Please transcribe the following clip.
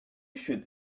should